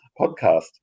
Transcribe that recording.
podcast